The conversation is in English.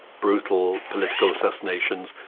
brutal political assassinations,